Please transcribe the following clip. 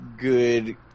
good